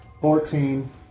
Fourteen